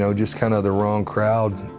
so just kind of the wrong crowd.